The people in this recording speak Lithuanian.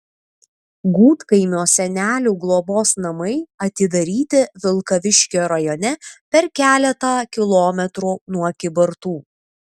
gudkaimio senelių globos namai atidaryti vilkaviškio rajone per keletą kilometrų nuo kybartų